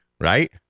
right